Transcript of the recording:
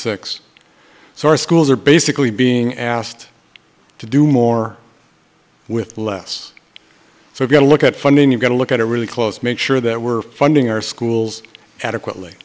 six so our schools are basically being asked to do more with less so if you look at funding you've got to look at a really close make sure that we're funding our schools adequately